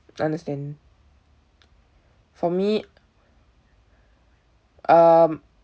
understand for me um